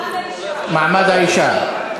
מעמד האישה.